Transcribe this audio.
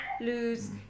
lose